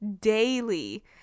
daily